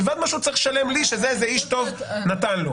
מלבד מה שהוא צריך לשלם לי שזה איזה איש טוב נתן לו.